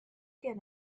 get